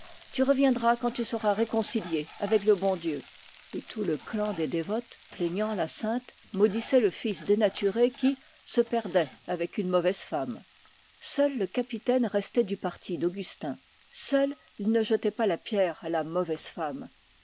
tu reviendras quand tu seras réconcilié avec le bon dieu et tout le clan des dévotes plaignant la sainte maudissait le fils dénaturé qui se perdait avec une mauvaise femme seul le capitaine restait du parti d'augustin seul il ne jetait pas la pierre à la mauvaise femme